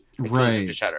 right